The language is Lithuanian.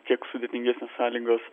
kiek sudėtingesnės sąlygos